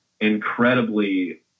incredibly